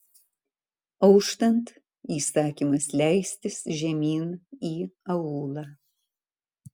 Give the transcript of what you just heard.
auštant įsakymas leistis žemyn į aūlą